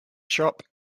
shop